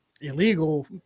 illegal